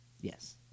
Yes